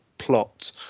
plot